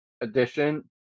edition